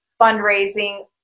fundraising